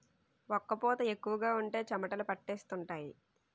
ఒక్క పూత ఎక్కువగా ఉంటే చెమటలు పట్టేస్తుంటాయి